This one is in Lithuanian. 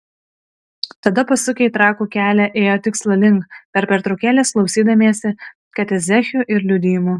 tada pasukę į trakų kelią ėjo tikslo link per pertraukėles klausydamiesi katechezių ir liudijimų